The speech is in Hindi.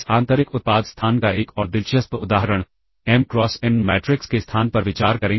इस आंतरिक उत्पाद स्थान का एक और दिलचस्प उदाहरण एम क्रॉस एन मैट्रिक्स के स्थान पर विचार करें